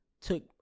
took